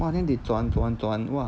!wah! then they 转转转 !wah!